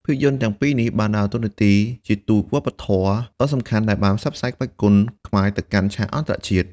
ភាពយន្តទាំងពីរនេះ បានដើរតួនាទីជាទូតវប្បធម៌ដ៏សំខាន់ដែលបានផ្សព្វផ្សាយក្បាច់គុនខ្មែរទៅកាន់ឆាកអន្តរជាតិ។